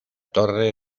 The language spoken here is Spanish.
torre